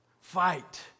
fight